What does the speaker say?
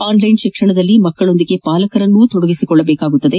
online ಶಿಕ್ಷಣದಲ್ಲಿ ಮಕ್ಕಳ ಜೊತೆಗೆ ಪಾಲಕರನ್ನು ತೊಡಗಿಸಿಕೊಳ್ಳಬೇಕಾಗಿದೆ